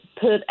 put